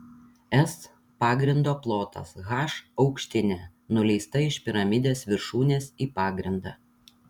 s pagrindo plotas h aukštinė nuleista iš piramidės viršūnės į pagrindą